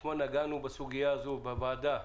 אתמול בוועדה